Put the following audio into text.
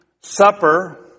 supper